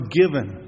given